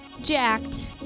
jacked